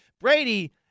Brady